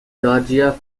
georgia